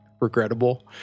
regrettable